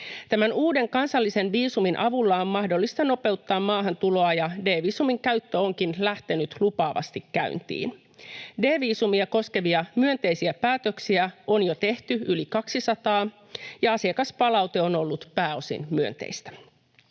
Tämän uuden kansallisen viisumin avulla on mahdollista nopeuttaa maahantuloa, ja D-viisumin käyttö onkin lähtenyt lupaavasti käyntiin. D-viisumia koskevia myönteisiä päätöksiä on jo tehty yli 200, ja asiakaspalaute on ollut pääosin myönteistä.